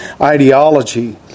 ideology